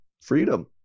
freedom